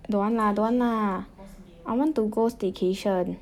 don't want lah don't want lah I want to go staycation